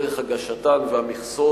את דרך הגשתן ואת המכסות,